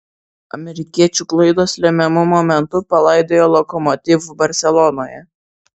amerikiečių klaidos lemiamu momentu palaidojo lokomotiv barselonoje